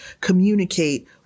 communicate